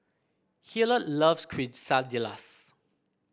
Hilliard loves Quesadillas